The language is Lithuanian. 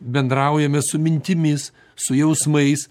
bendraujame su mintimis su jausmais